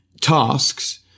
tasks